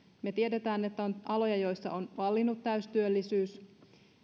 me tiedämme että on aloja joilla on vallinnut täysi työllisyys